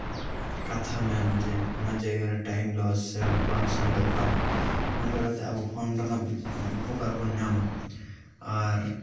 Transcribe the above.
ᱠᱟᱛᱷᱟ ᱢᱮᱱ ᱡᱮ ᱚᱱᱟ ᱡᱟᱭᱜᱟᱨᱮ ᱴᱟᱭᱤᱢ ᱞᱚᱥ ᱥᱮ ᱵᱟᱝ ᱥᱮᱱ ᱫᱚᱨᱠᱟᱨᱟ ᱚᱱᱠᱟ ᱠᱟᱛᱮᱫ ᱟᱵᱚ ᱯᱷᱳᱱ ᱨᱮᱱᱟᱜ ᱩᱯᱚᱠᱟᱨ ᱵᱚᱱ ᱧᱟᱢᱟ ᱟᱨ